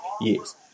Yes